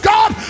God